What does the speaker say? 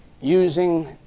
Using